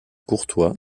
courtois